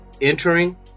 entering